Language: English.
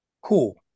Cool